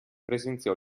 presenziò